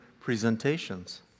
presentations